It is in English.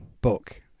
book